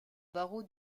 barreau